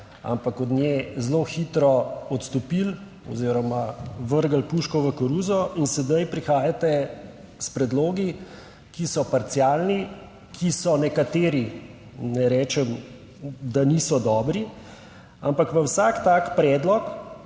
ampak od nje zelo hitro odstopili oziroma vrgli puško v koruzo in sedaj prihajate s predlogi, ki so parcialni, ki so nekateri ne rečem, da niso dobri, ampak v vsak tak predlog